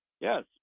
Yes